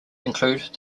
include